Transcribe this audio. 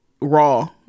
Raw